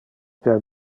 per